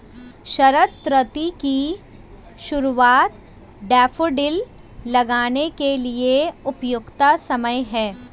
शरद ऋतु की शुरुआत डैफोडिल लगाने के लिए उपयुक्त समय है